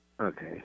okay